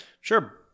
sure